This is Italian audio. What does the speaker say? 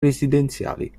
residenziali